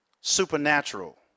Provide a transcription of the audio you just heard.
supernatural